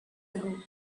ago